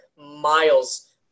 miles